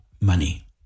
money